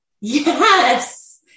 Yes